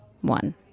one